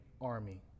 army